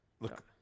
Look